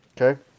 Okay